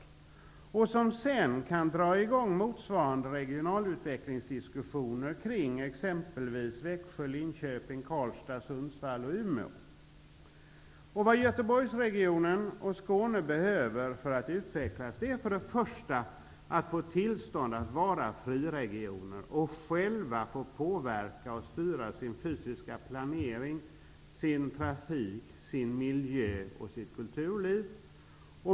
I dessa regioner kan man ju sedan dra i gång motsvarande regionalutvecklingsdiskussioner kring exempelvis Växjö, Linköping, Karlstad, Vad Göteborgsregionen och Skåne behöver för att utvecklas är att få vara friregioner och att själva få påverka och styra sin fysiska planering, sin trafik, sin miljö och sitt kulturliv.